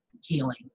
healing